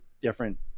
different